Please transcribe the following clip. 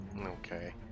okay